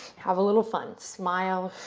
have a little fun. smile.